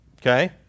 Okay